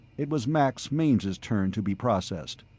it was max mainz's turn to be processed.